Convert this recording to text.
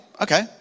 okay